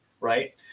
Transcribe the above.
right